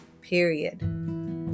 period